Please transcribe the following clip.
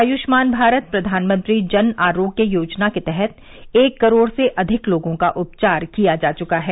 आयुष्मान भारत प्रधानमंत्री जन आरोग्य योजना के तहत एक करोड़ से अधिक लोगों का उपचार किया जा चुका है